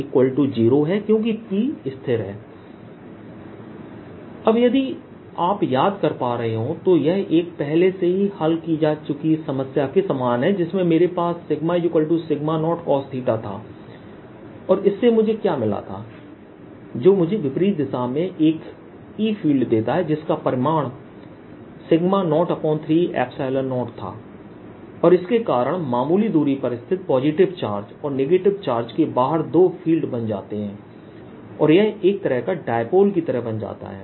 PnP z nP cos BoundP0 अब यदि आप याद कर पा रहे हो तो यह एक पहले से ही हल की जा चुकी समस्या के समान है जिसमें मेरे पास 0 cos था और इससे मुझे क्या मिला था जो मुझे विपरीत दिशा में एक ई फ़ील्ड देता है जिसका परिमाण 030था और इसके कारण मामूली दूरी पर स्थित पॉजिटिव चार्ज और नेगेटिव चार्ज के बाहर दो फील्ड बन जाते हैं और यह एक तरह का डाइपोल की तरह बन जाता है